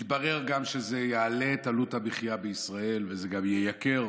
מתברר שזה גם יעלה את עלות המחיה בישראל וזה גם ייקר,